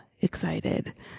excited